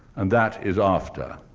and that is after.